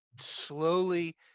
slowly